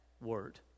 word